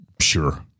Sure